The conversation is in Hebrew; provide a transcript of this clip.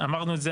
אמרנו את זה,